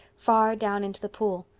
far down into the pool.